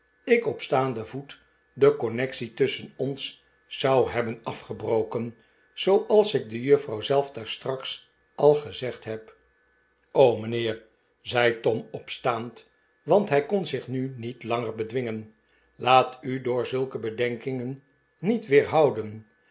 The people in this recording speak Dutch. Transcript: ik op staanden voet de connectie tusschen ons zou hebben afgebroken zooals ik de juffrouw zelf daarstraks al gezegd heb mijnheer zei tom opstaand want hij kon zich nu niet langer bedwingen laat u door zulke bedenkingen niet weerhouden